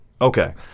Okay